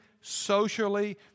socially